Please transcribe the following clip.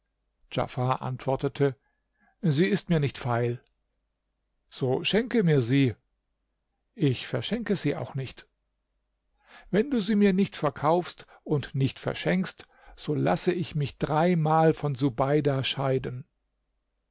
antwortete sie ist mir nicht feil so schenke mir sie ich verschenke sie auch nicht wenn du sie mir nicht verkaufst und nicht verschenkst so lasse ich mich dreimal von subeida scheiden